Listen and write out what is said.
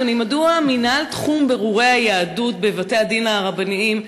אדוני: מדוע מינהל תחום בירור יהדות בבתי-הדין הרבניים,